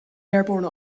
airborne